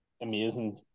amazing